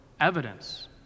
evidence